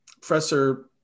Professor